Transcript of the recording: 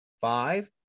Five